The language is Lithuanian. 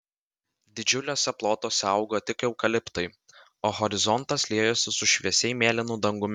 didžiuliuose plotuose augo tik eukaliptai o horizontas liejosi su šviesiai mėlynu dangumi